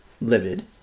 livid